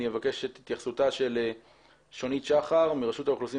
אני אבקש את התייחסותה של שונית שחר מרשות האוכלוסין